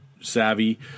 savvy